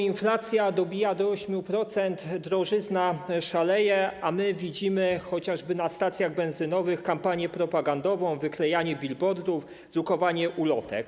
Inflacja dobija do 8%, drożyzna szaleje, a my widzimy chociażby na stacjach benzynowych kampanię propagandową, wyklejanie billboardów, drukowanie ulotek.